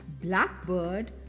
Blackbird